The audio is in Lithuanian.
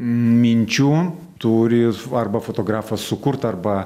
minčių turi svarbą fotografas sukurt arba